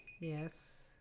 yes